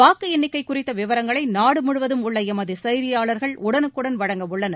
வாக்கு எண்ணிக்கை குறித்த விவரங்களை நாடு முழுவதும் உள்ள எமது செய்தியாளர்கள் உடனுக்குடன் வழங்க உள்ளன்